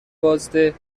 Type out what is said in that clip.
بازده